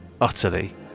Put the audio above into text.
utterly